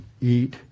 eat